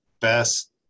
best